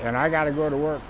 and i got to go to work